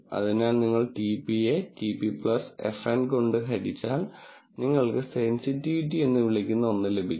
അതിനാൽ നിങ്ങൾ TP യെ TP FN കൊണ്ട് ഹരിച്ചാൽ നിങ്ങൾക്ക് സെൻസിറ്റിവിറ്റി എന്ന് വിളിക്കുന്ന ഒന്ന് ലഭിക്കും